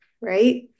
Right